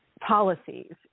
policies